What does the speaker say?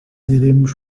iremos